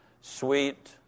Sweet